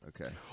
Okay